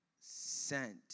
Sent